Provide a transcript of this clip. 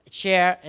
share